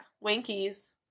winkies